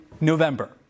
November